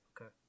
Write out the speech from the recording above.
Okay